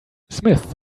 smith